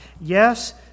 Yes